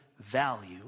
value